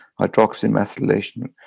hydroxymethylation